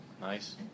nice